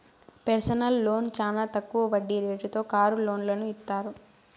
personal loan చానా తక్కువ వడ్డీ రేటుతో కారు లోన్లను ఇత్తారు